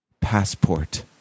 passport